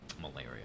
malaria